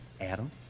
Adam